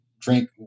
drink